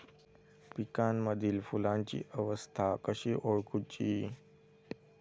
पिकांमदिल फुलांची अवस्था कशी ओळखुची?